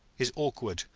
his awkward,